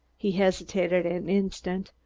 he hesitated an instant.